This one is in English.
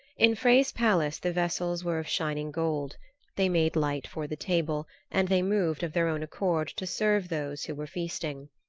in frey's palace the vessels were of shining gold they made light for the table and they moved of their own accord to serve those who were feasting.